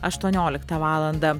aštuonioliktą valandą